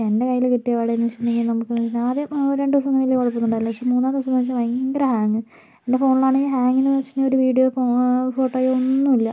എൻ്റെ കയ്യില് കിട്ടിയ പാടെന്ന് വച്ചിട്ടുണ്ടെങ്കിൽ ഞാൻ നമുക്ക് ആദ്യം രണ്ട് ദിവസമൊന്നും വലിയ കുഴപ്പമൊന്നും ഉണ്ടായിരുന്നില്ല പക്ഷെ മൂന്നാം ദിവസമേന്ന് വച്ചാൽ ഭയങ്കര ഹാങ്ങ് എൻ്റെ ഫോണിലാണെങ്കില് ഹാങ്ങ് എന്ന് വച്ചിട്ടുണ്ടെൽ ഒരു വീഡിയോ ഫോട്ടോയോ ഒന്നും ഇല്ല